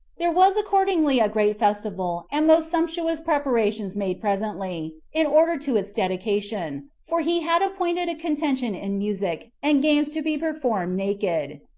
there was accordingly a great festival and most sumptuous preparations made presently, in order to its dedication for he had appointed a contention in music, and games to be performed naked.